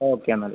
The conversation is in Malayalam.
ഓക്കേ എന്നാൽ